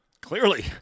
Clearly